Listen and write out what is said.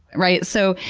right? so,